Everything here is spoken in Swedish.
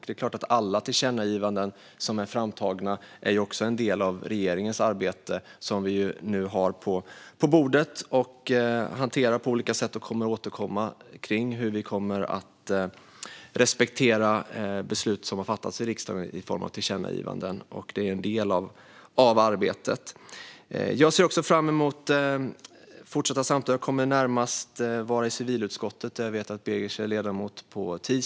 Det är klart att alla tillkännagivanden som vi nu har på bordet är en del av regeringens arbete. Vi hanterar dem på olika sätt och kommer att återkomma till hur vi respekterar beslut som fattats i riksdagen om tillkännagivanden. Det är en del av arbetet. Jag ser fram emot fortsatta samtal. På tisdag kommer jag att besöka civilutskottet, där jag vet att Begic är ledamot.